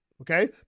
okay